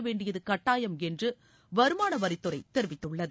வேண்டியது கட்டாயம் என்று வருமானவரித்துறை தெரிவித்துள்ளது